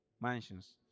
mansions